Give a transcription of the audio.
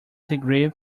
degree